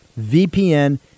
VPN